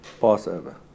Passover